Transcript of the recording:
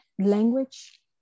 language